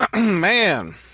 Man